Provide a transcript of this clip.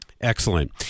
Excellent